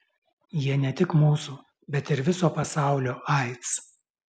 jie ne tik mūsų bet ir viso pasaulio aids